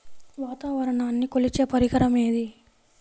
వాతావరణాన్ని కొలిచే పరికరం ఏది?